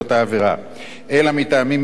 אלא מטעמים מיוחדים שיירשמו.